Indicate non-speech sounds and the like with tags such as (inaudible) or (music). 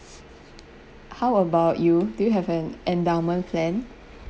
(noise) how about you do you have an endowment plan